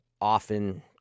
often